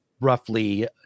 roughly